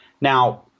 Now